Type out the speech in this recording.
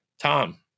Tom